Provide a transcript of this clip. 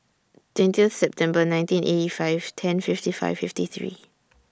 twenty Year September nineteen eighty five ten fifty five fifty three